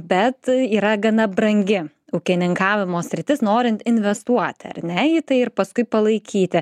bet yra gana brangi ūkininkavimo sritis norint investuoti ar ne į tą ir paskui palaikyti